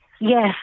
Yes